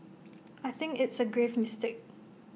I think it's A grave mistake